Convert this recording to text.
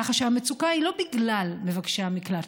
ככה שהמצוקה היא לא בגלל מבקשי המקלט.